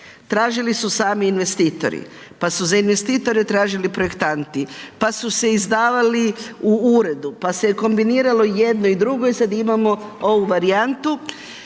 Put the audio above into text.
Tražili su sami investitori, pa su za investitori tražili projektanti, pa su se izdavali u uredu, pa se je kombiniralo i jedno i drugo i sada imamo ovu varijantu.